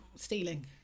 Stealing